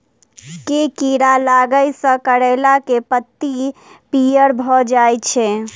केँ कीड़ा लागै सऽ करैला केँ लत्ती पीयर भऽ जाय छै?